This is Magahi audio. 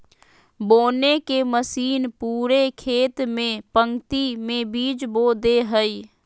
बोने के मशीन पूरे खेत में पंक्ति में बीज बो दे हइ